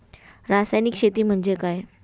रासायनिक शेती म्हणजे काय?